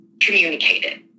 communicated